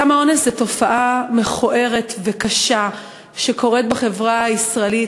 סם האונס הוא תופעה מכוערת וקשה שקורית בחברה הישראלית,